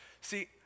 See